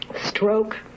stroke